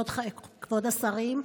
כבוד השרים,